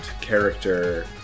character